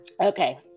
Okay